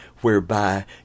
whereby